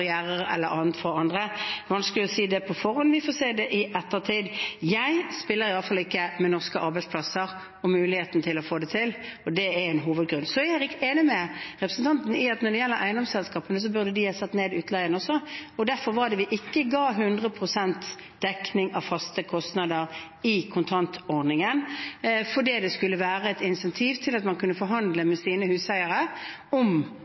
vanskelig å si det på forhånd – vi får se det i ettertid. Jeg spiller i hvert fall ikke med norske arbeidsplasser og muligheten til å få det til. Det er hovedgrunnen. Jeg er enig med representanten Lysbakken i at eiendomsselskapene burde ha satt ned husleien. Derfor ga vi ikke 100 pst. dekning av faste kostnader i kontantordningen. Det skulle være et insentiv til å forhandle med sine huseiere om